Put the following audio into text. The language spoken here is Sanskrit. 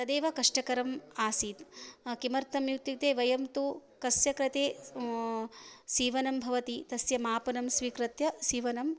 तदेव कष्टकरम् आसीत् किमर्थम् इत्युक्ते वयं तु कस्य कृते सीवनं भवति तस्य मापनं स्वीकृत्य सीवनं